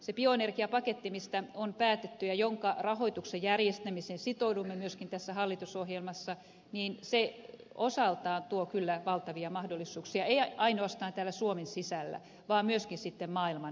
se bioenergiapaketti josta on päätetty ja jonka rahoituksen järjestämiseen sitoudumme myöskin tässä hallitusohjelmassa tuo osaltaan kyllä valtavia mahdollisuuksia ei ainoastaan täällä suomen sisällä vaan myöskin maailmanlaajuisesti